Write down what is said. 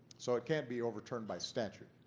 so it can't be overturned by statute.